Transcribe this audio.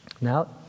now